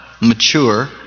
mature